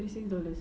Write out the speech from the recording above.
thirty six dollars